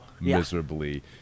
miserably